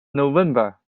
november